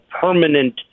permanent